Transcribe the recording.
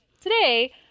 today